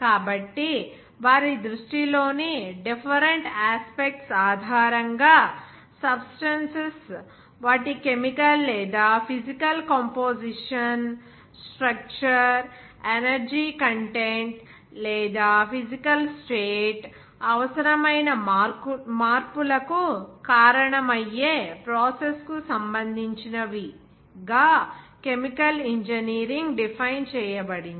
కాబట్టి వారి దృష్టి లోని డిఫరెంట్ యాస్పెక్ట్స్ ఆధారంగా సబ్స్టెన్సుస్ వాటి కెమికల్ లేదా physical composition structure energy content లేదా ఫిజికల్ స్టేట్ అవసరమైన మార్పులకు కారణమయ్యే ప్రాసెస్ కు సంబంధించినవి గా కెమికల్ ఇంజనీరింగ్ డిఫైన్ చేయబడింది